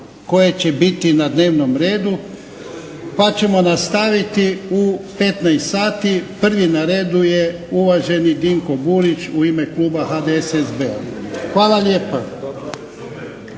koje će biti na dnevnom redu, pa ćemo nastaviti u 15 sati. Prvi na redu je uvaženi Dinko Burić, u ime kluba HDSSB-a. Hvala lijepa.